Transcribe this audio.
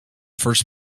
first